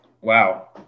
Wow